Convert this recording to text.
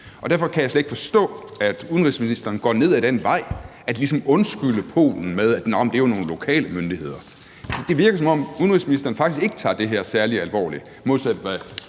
Derfor kan jeg slet ikke forstå, at udenrigsministeren går ned ad den vej og ligesom undskylder Polen med, at nåh, men det er jo nogle lokale myndigheder. Det virker faktisk, som om udenrigsministeren ikke tager det her særlig alvorligt.